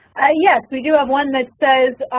yes, we do have one that says,